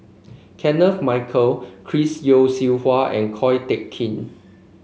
Kenneth Mitchell Chris Yeo Siew Hua and Ko Teck Kin